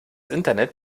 internet